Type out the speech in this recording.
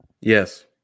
yes